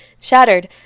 Shattered